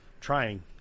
Trying